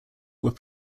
were